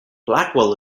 blackwell